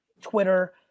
Twitter